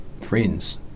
friends